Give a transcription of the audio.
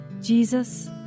Jesus